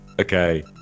Okay